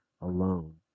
alone